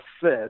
fit